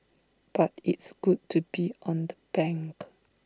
but it's good to be on the bank